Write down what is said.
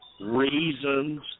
reasons